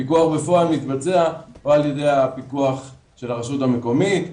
הפיקוח בפועל מתבצע או על ידי הפיקוח של הרשות המקומית,